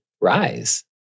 rise